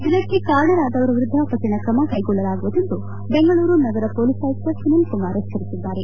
ಇದಕ್ಕೆ ಕಾರಣರಾದವರ ವಿರುದ್ದ ಕಠಿಣ ಕ್ರಮ ಕೈಗೊಳ್ಳಲಾಗುವುದು ಎಂದು ಬೆಂಗಳೂರು ನಗರ ಮೊಲೀಸ್ ಆಯುಕ್ತ ಸುನೀಲ್ ಕುಮಾರ್ ಎಚ್ವರಿಸಿದ್ದಾರೆ